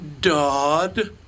Dodd